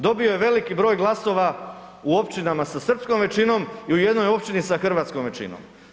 Dobio je veliki broj glasova u općinama sa srpskom većinom i u jednoj općini sa hrvatskom većinom.